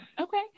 Okay